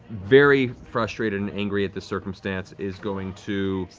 very frustrated and angry at the circumstance, is going to